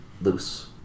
loose